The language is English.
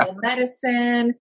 medicine